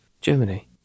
Germany